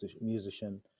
musician